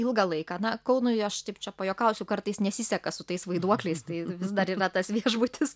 ilgą laiką na kaunui aš taip čia pajuokausiu kartais nesiseka su tais vaiduokliais tai vis dar yra tas viešbutis